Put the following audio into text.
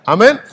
Amen